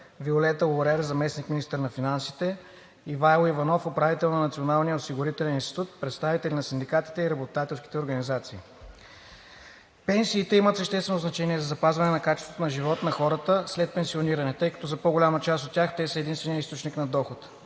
Виолета Лорер – заместник-министър на финансите; Ивайло Иванов – управител на Националния осигурителен институт; представители на синдикатите и работодателските организации. Пенсиите имат съществено значение за запазване качеството на живот на хората след пенсиониране, тъй като за по-голямата част от тях те са единственият източник на доход.